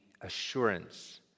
assurance